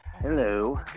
hello